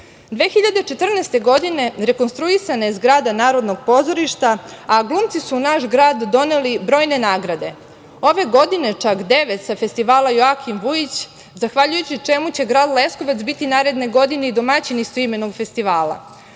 2014. rekonstruisana je zgrada Narodnog pozorišta, a glumci su naš grad doneli brojne nagrade, ove godine čak devet sa festivala Joakim Vujić, zahvaljujući čemu će grad Leskovac biti naredne godine i domaćin istoimenog festivala.